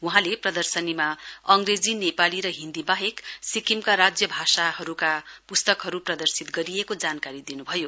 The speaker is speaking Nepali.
वहाँले प्रदर्शनीमा अंग्रेजी र नेपाली र हिन्दी बाहेक सिक्किमका राज्य भाषाहरुका पुस्तकहरु प्रदर्शित गरिएको जानकारी दिनुभयो